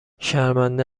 شرمنده